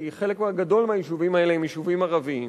כי חלק גדול מהיישובים האלה הם יישובים ערביים,